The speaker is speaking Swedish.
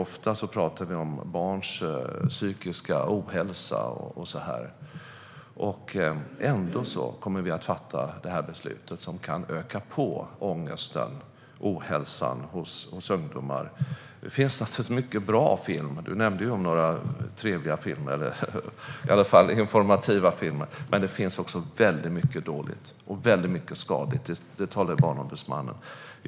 Ofta pratar vi om barns psykiska ohälsa, men ändå kommer vi att fatta ett beslut som kan öka på ångesten och ohälsan hos ungdomar. Det finns naturligtvis mycket bra film. Ida Karkiainen nämnde några trevliga filmer, i alla fall informativa filmer, men det finns också mycket som är dåligt och skadligt. Det tar Barnombudsmannen upp.